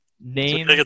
Name